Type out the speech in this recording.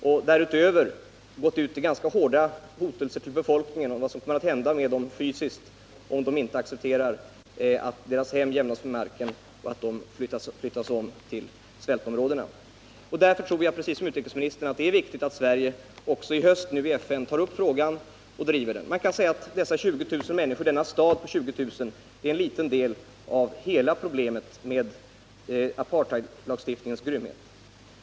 I kraftiga hotelser har regeringen talat om för befolkningen vad som kommer att hända med dem fysiskt, om de inte accepterar att flytta ut till Mot denna bakgrund anser jag liksom utrikesministern att det är viktigt att Sverige i höst tar upp denna fråga i det svenska inlägget i apartheidfrågan i FN. Man kan kanske hävda att det som händer i denna stad med 20 000 invånare endast utgör en liten del av hela problemet med aparth>idlagstiftningens grymhet.